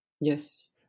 yes